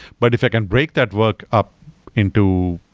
but if i can break that work up into,